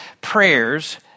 prayers